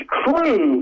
crew